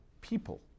people